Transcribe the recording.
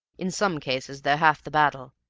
in some cases they're half the battle,